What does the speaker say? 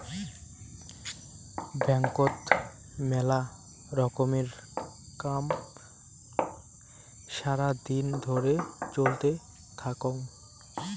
ব্যাংকত মেলা রকমের কাম সারা দিন ধরে চলতে থাকঙ